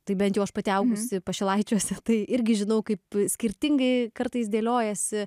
tai bent jau aš pati augusi pašilaičiuose tai irgi žinau kaip skirtingai kartais dėliojasi